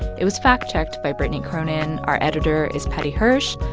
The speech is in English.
it was fact-checked by brittany cronin. our editor is paddy hirsch.